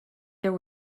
there